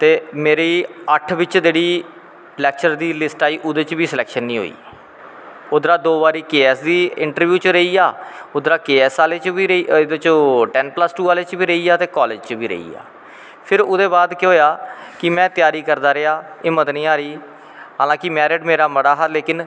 ते मेरी अट्ठ बिच्च जेह्ड़ी लैक्चरर दी लिस्ट आई ओह्दे च बी स्लैक्शन नेंई होई उद्दरा दा दो बारी के ए ऐस दी इन्ट्रब्यू चा रेहीया उद्दरा के ए ऐस आह्ॅले चा बी रेहिया एह्दे त टैन प्लस टू चा बी रेहिया ते कालेज़ चा बी रेहिया फिर ओह्दे बाद केह् होया कि में तैयारी करदा रेहा हिम्मत नी हारी हालांकि मैरिड़ मेरा बड़ा हा लेकिन